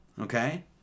Okay